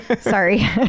sorry